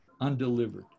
undelivered